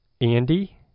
andy